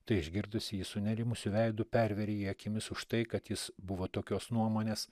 tai išgirdusi ji sunerimusiu veidu perveria jį akimis už tai kad jis buvo tokios nuomonės